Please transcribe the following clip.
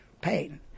pain